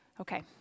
Okay